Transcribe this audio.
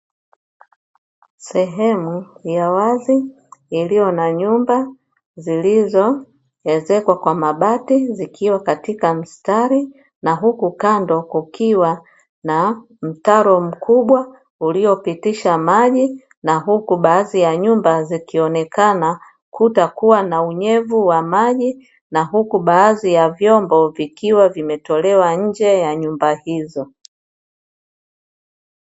Sehemu ya wazi iliyo na nyumba zilizo ezekwa kwa mabati zikiwa katika mstari, na huku kando kukiwa na mtaro mkubwa uliopitisha maji na huku baadhi ya nyumba zikionekana kuta kuwa na unyevu wa maji, na huku baadhi ya vyombo vikiwa vimetolewa nje ya nyumba hizo.